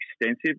extensive